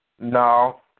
no